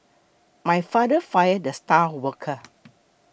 my father fired the star worker